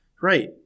Right